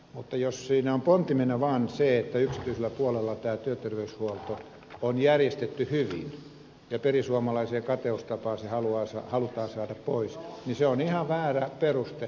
mutta jos siinä on pontimena vaan se että yksityisellä puolella tämä työterveyshuolto on järjestetty hyvin ja perisuomalaiseen kateustapaan se halutaan saada pois niin se on ihan väärä peruste